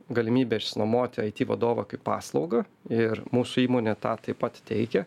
galimybė išsinuomoti aiti vadovą kaip paslaugą ir mūsų įmonė tą taip pat teikia